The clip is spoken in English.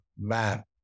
map